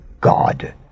God